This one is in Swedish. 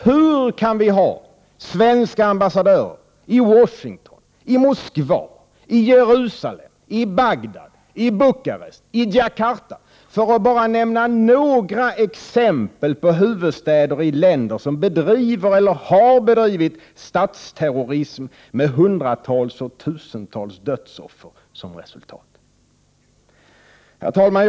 Hur kan vi ha svenska ambassadörer i Washington, i Moskva, i Jerusalem, i Bagdad, i Bukarest, i Djakarta — för att bara nämna några exempel på huvudstäder i länder som bedriver eller har bedrivit statsterrorism med hundratals och tusentals dödsoffer som reslutat? Herr talman!